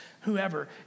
whoever